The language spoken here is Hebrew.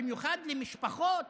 במיוחד למשפחות